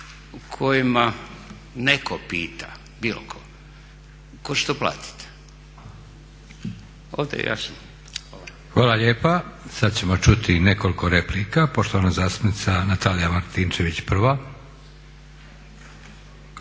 o kojima neko pita, bilo tko, tko će to platiti. Ovdje je jasno. Hvala. **Leko, Josip (SDP)** Hvala lijepa. Sada ćemo čuti nekoliko replika. Poštovana zastupnica Natalija Martinčević prva.